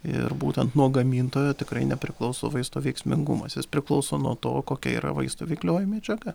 ir būtent nuo gamintojo tikrai nepriklauso vaisto veiksmingumas jis priklauso nuo to kokia yra vaisto veiklioji medžiaga